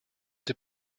des